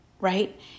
right